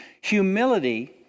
humility